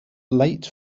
late